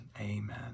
Amen